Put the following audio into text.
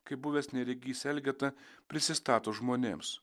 kai buvęs neregys elgeta prisistato žmonėms